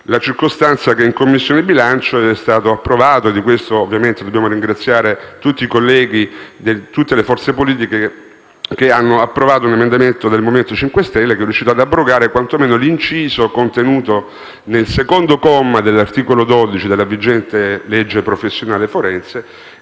la circostanza che in Commissione bilancio è stato approvato - e di questo ovviamente dobbiamo ringraziare i colleghi di tutte le forze politiche - un emendamento del Movimento 5 Stelle che è riuscito ad abrogare quanto meno l'inciso contenuto nel secondo comma dell'articolo 12 della vigente legge professionale forense,